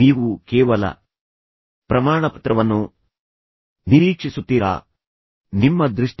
ನೀವು ಕೇವಲ ಪ್ರಮಾಣಪತ್ರವನ್ನು ನಿರೀಕ್ಷಿಸುತ್ತೀರಾ ಅಥವಾ ನೀವು ಪ್ರಮಾಣಪತ್ರವನ್ನು ಹೊರತುಪಡಿಸಿ ಬೇರೆ ಏನನ್ನಾದರೂ ಬಯಸುತ್ತೀರಾ